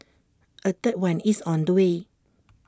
A third one is on the way